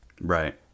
Right